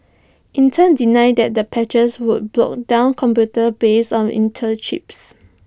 Intel denied that the patches would blog down computers based on Intel chips